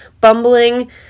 bumbling